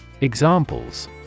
Examples